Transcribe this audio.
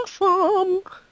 awesome